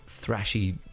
thrashy